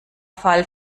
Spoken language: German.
fall